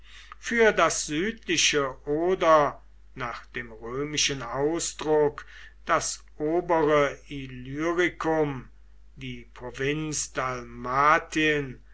für das südliche oder nach dem römischen ausdruck das obere illyricum die